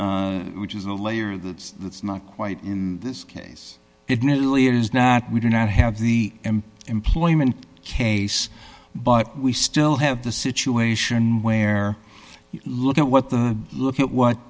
which is a layer that's not quite in this case it really is not we do not have the employment case but we still have the situation where you look at what the look at what